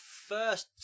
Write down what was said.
first